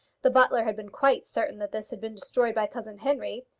the butler had been quite certain that this had been destroyed by cousin henry,